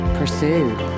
pursued